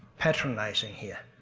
patronizing here.